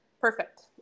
perfect